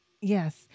Yes